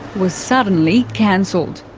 was suddenly cancelled.